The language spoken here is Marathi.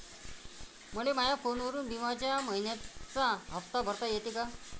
मले माया फोनवरून बिम्याचा मइन्याचा हप्ता भरता येते का?